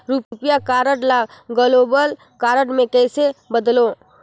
रुपिया कारड ल global card मे कइसे बदलव?